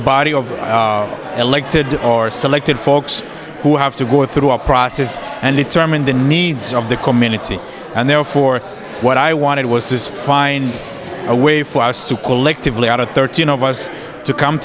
body of elected or selected folks who have to go through a process and determine the needs of the community and therefore what i wanted was to find a way for us to collectively out of thirteen of us to come